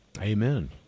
Amen